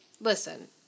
listen